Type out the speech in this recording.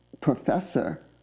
professor